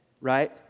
right